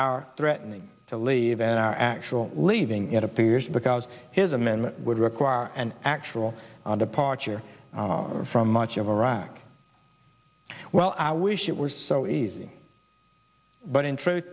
are threatening to leave and are actually leaving it appears because his amendment would require an actual departure from much of iraq well i wish it were so easy but in tru